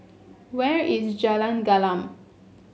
where is Jalan Gelam